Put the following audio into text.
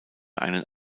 einen